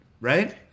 right